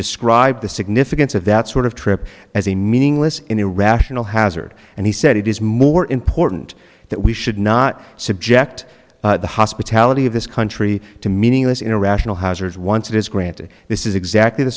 described the significance of that sort of trip as a meaningless in irrational hazard and he said it is more important that we should not subject the hospitality of this country to meaningless irrational hazards once it is granted this is exactly the